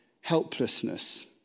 helplessness